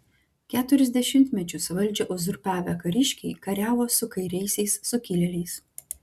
keturis dešimtmečius valdžią uzurpavę kariškiai kariavo su kairiaisiais sukilėliais